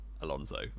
Alonso